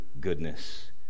goodness